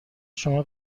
شما